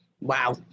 wow